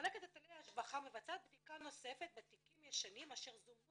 "מחלקת היטלי השבחה מבצעת בדיקה נוספת בתיקים ישנים אשר זומנו